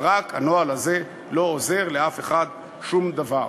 בסדר, רק הנוהל הזה לא עוזר לאף אחד בשום דבר.